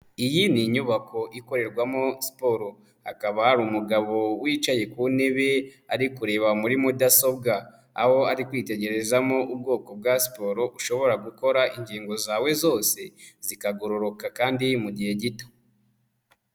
Iyi ni inyubako ikorerwamo siporo, hakaba hari umugabo wicaye ku ntebe ari kureba muri mudasobwa, aho ari kwitegerezamo ubwoko bwa siporo ushobora gukora ingingo zawe zose zikagororoka kandi mu gihe gito.